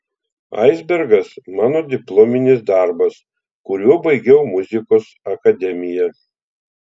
aisbergas mano diplominis darbas kuriuo baigiau muzikos akademiją